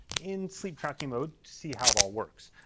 in sleep tracking mode, to see how it all works.